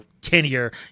tenure